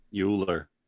Euler